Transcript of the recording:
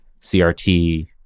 CRT